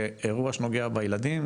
זה אירוע שנוגע בילדים,